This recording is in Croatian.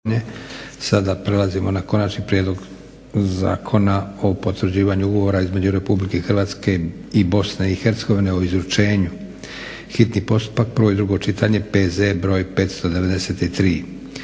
Josip (SDP)** Konačni prijedlog Zakona o potvrđivanju Ugovora između Republike Hrvatske i Bosne i Hercegovine o izručenju, hitni postupak, prvo i drugo čitanje, P.Z. br. 593.